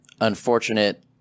unfortunate